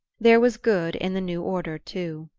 there was good in the new order too.